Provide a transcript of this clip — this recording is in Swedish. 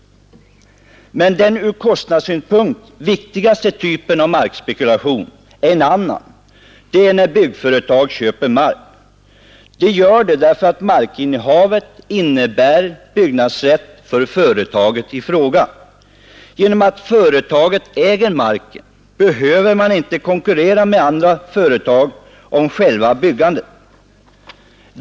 Men den från kostnadssynpunkt viktigaste typen av markspekulation är en annan. Det är när byggföretag köper mark. De gör det därför att markinnehavet innebär byggnadsrätt för företaget i fråga. Genom att företaget äger marken behöver man inte konkurrera med andra företag om själva byggandet.